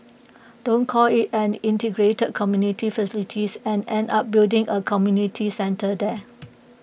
don't call IT an integrated community facilities and end up building A community centre there